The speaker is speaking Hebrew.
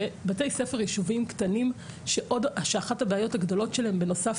ובתי ספר ביישובים קטנים שאחת הבעיות הגדולות שלהם בנוסף